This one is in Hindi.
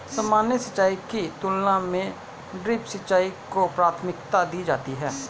सामान्य सिंचाई की तुलना में ड्रिप सिंचाई को प्राथमिकता दी जाती है